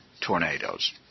tornadoes